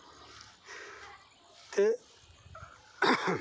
ते हां